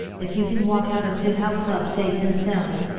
if you can walk out of di hao club safe and sound,